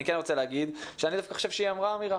אני כן רוצה להגיד שאני דווקא חושב שהיא אמרה אמירה.